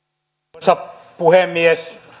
arvoisa puhemies